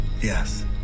Yes